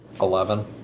Eleven